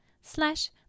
slash